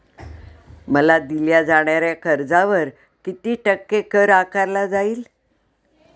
मला दिल्या जाणाऱ्या कर्जावर किती टक्के कर आकारला जाईल?